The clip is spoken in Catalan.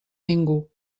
ningú